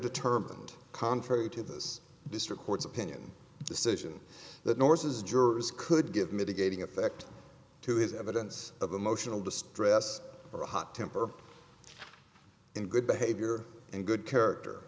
determined contrary to this district court's opinion decision the norse's jurors could give mitigating effect to his evidence of emotional distress or hot temper in good behavior and good character